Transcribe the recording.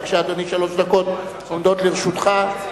בבקשה, אדוני, שלוש דקות עומדות לרשותך.